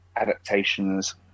adaptations